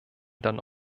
dann